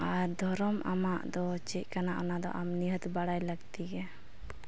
ᱟᱨ ᱫᱷᱚᱨᱚᱢ ᱟᱢᱟᱜ ᱫᱚ ᱪᱮᱫ ᱠᱟᱱᱟ ᱚᱱᱟᱫᱚ ᱟᱢ ᱱᱤᱦᱟᱹᱛ ᱵᱟᱲᱟᱭ ᱞᱟᱹᱠᱛᱤ ᱜᱮᱭᱟ